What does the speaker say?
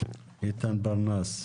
איתן פרנס.